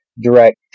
direct